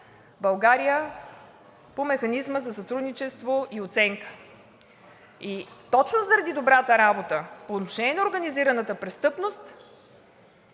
България по Механизма за сътрудничество и оценка. Точно заради добрата работа по отношение на организираната престъпност